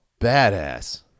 badass